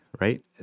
right